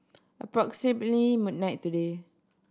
approximately midnight today